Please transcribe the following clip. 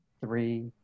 three